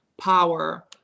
power